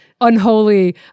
unholy